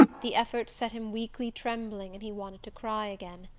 the effort set him weakly trembling, and he wanted to cry again.